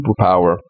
superpower